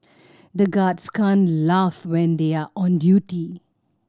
the guards can't laugh when they are on duty